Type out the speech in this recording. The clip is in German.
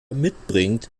mitbringt